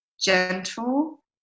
gentle